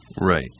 Right